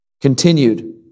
continued